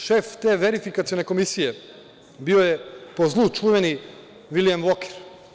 Šef te verifikacione policije bio je, po zlu čuveni, Vilijam Voker.